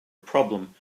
problem